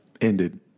ended